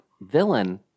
villain